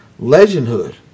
legendhood